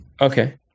okay